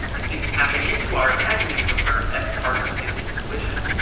and he's tapping into our imaginings of her as part of his intuition.